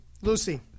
Lucy